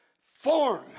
form